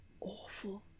awful